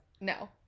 No